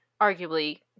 arguably